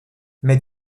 mais